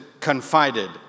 confided